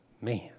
Man